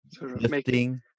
lifting